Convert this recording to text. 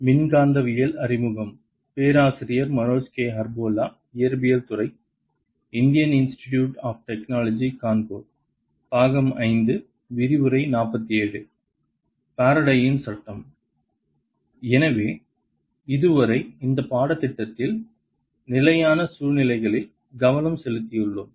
ஃபாரடேயின் சட்டம் எனவே இதுவரை இந்த பாடத்திட்டத்தில் நிலையான சூழ்நிலைகளில் கவனம் செலுத்தியுள்ளோம்